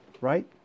right